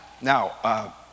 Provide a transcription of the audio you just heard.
now